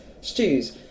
stews